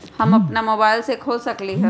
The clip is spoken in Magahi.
हम अपना मोबाइल से खोल सकली ह?